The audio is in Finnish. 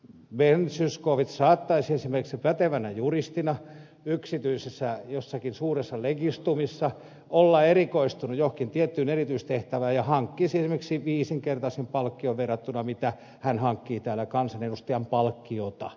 ben zyskowicz saattaisi esimerkiksi pätevänä juristina jossakin yksityisessä suuressa legistumissa olla erikoistunut johonkin tiettyyn erityistehtävään ja hankkisi esimerkiksi viisinkertaisen palkkion verrattuna siihen mitä hän hankkii täällä kansanedustajan palkkiona